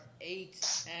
eight